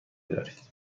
دارید